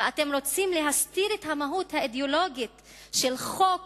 ואתם רוצים להסתיר את המהות האידיאולוגית של חוק